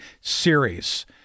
series